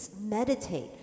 meditate